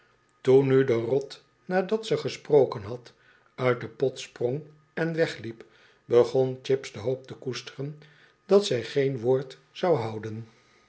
toen nu de rot nadat ze gesproken had uit den pot sprong en wegliep begon chips de hoop te koesteren dat zij geen woord zou houiqndermeidenvetttelsels